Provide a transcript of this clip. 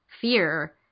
fear